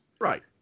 Right